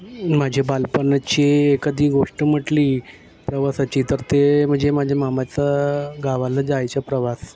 माझे बालपणाची एखादी गोष्ट म्हटली प्रवासाची तर ते म्हणजे माझ्या मामाचं गावाला जायचं प्रवास